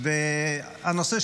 רק שנייה.